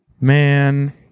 Man